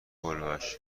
کلبش